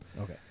Okay